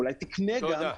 אולי תקנה גם,